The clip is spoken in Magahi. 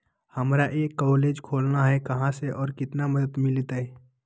हमरा एक कॉलेज खोलना है, कहा से और कितना मदद मिलतैय?